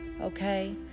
okay